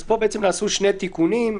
כאן נעשו שני תיקונים.